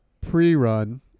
pre-run